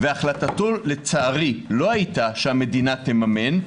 והחלטתו לצערי לא הייתה שמדינה תממן,